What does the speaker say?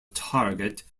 target